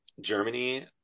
Germany